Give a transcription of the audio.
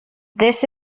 this